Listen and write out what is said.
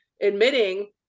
admitting